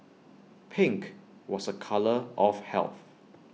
pink was A colour of health